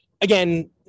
again